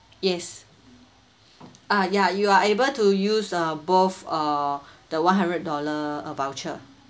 yes uh ya you are able to use uh both uh the one hundred dollar voucher